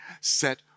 set